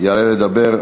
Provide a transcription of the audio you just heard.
יעלה לדבר.